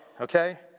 okay